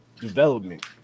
development